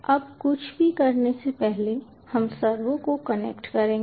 अब कुछ भी करने से पहले हम सर्वो को कनेक्ट करेंगे